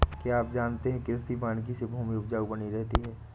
क्या आप जानते है कृषि वानिकी से भूमि उपजाऊ बनी रहती है?